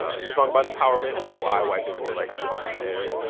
it's a song about empowerment no eye wiping more like fists in the air